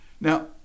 Now